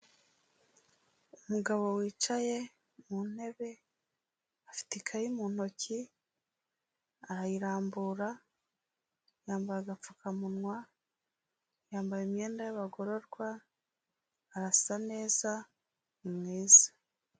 Umugabo wicaye mu ntebe afite ikayi mu ntoki, arayirambura yambaye agapfukamunwa, yambaye imyenda y'abagororwa arasa neza; ni mwiza.